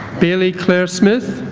bailey claire smith